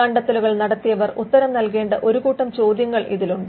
കണ്ടെത്തലുകൾ നടത്തിയവർ ഉത്തരം നൽകേണ്ട ഒരുകൂട്ടം ചോദ്യങ്ങൾ ഇതിലുണ്ട്